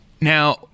Now